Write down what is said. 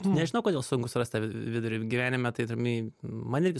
nežinau kodėl sunku surast tą vidurį gyvenime tai turiu omeny man irgi